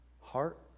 heart